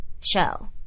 show